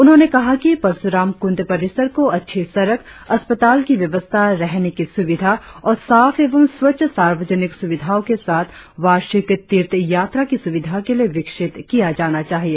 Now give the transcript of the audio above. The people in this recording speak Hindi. उन्होंने कहा कि परसुराम क्रूंड परिसर को अच्छी सड़क अस्पताल की व्यवस्था रहने की सुविधा और साफ एवं स्वच्छ सार्वजनिक सुविधाओं के साथ वार्षिक तीर्थयात्रा की सुविधा के लिए विकसित किया जाना चाहिए